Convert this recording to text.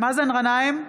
מאזן גנאים,